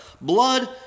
blood